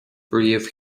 bpríomh